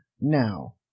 now